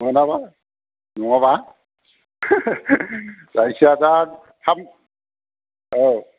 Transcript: मोनाबा नङाबा जायखिया दा थाब औ